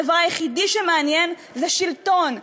הדבר היחידי שמעניין זה שלטון,